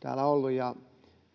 täällä ollut.